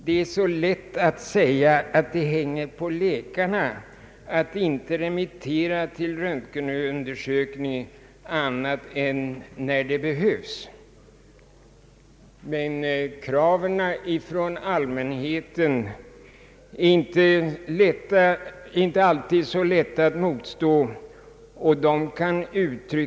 Det är lätt att säga att det hänger på läkarna att inte remittera till röntgenundersökning annat än när det behövs, men det är inte alltid så lätt att motstå kraven från allmänheten.